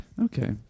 Okay